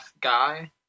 guy